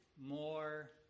more